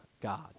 God